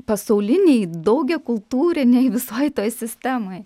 pasauliniai daugiakultūriniai visoj toj sistemoj